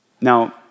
Now